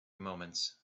moments